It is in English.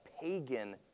pagan